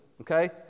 Okay